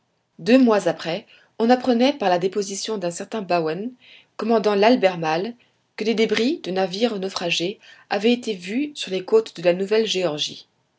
deux mois après on apprenait par la déposition d'un certain bowen commandant l'albermale que des débris de navires naufragés avaient été vus sur les côtes de la